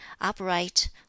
upright